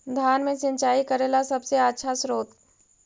धान मे सिंचाई करे ला सबसे आछा स्त्रोत्र?